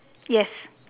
yes